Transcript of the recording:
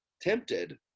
tempted